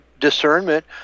discernment